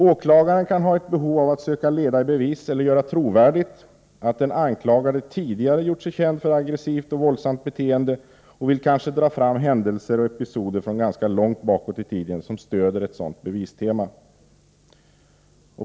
Åklagaren kan ha ett behov av att söka leda i bevis eller göra trovärdigt att den anklagade tidigare gjort sig känd för aggressivt och våldsamt beteende och vill kanske föra fram händelser och episoder från ganska långt tillbaka i tiden som stödjer ett sådant bevistema.